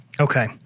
Okay